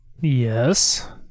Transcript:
Yes